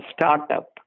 startup